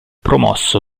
promosso